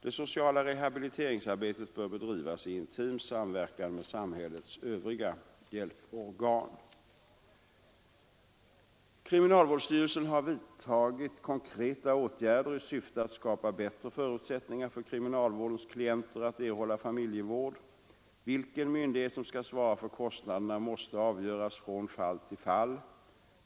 Det sociala rehabiliterings arbetet bör bedrivas i intim samverkan med samhällets övriga hjälporgan. Kriminalvårdsstyrelsen har vidtagit konkreta åtgärder i syfte att skapa bättre förutsättningar för kriminalvårdens klienter att erhålla familjevård. Vilken myndighet som skall svara för kostnaderna måste avgöras från fall till fall.